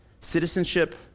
Citizenship